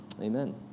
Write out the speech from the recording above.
Amen